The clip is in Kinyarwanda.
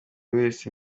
wese